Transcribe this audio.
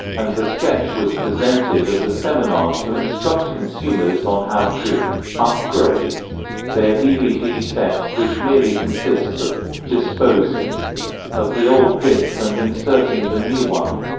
and the sketch was presented as a seminar to instruct consumers on how to upgrade their dvd set, which merely consists of disposing of the old disc and inserting the new one.